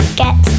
get